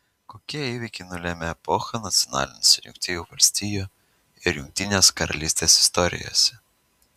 kokie įvykiai nulėmė epochą nacionalinėse jungtinių valstijų ir jungtinės karalystės istorijose